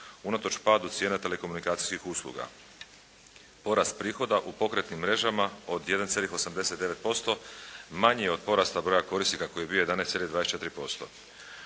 unatoč padu cijena telekomunikacijskih usluga. Porast prihoda u pokretnim mrežama od 1,89% manji je od porasta broja korisnika koji je bio 11,24%.